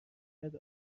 شاید